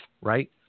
right